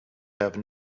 have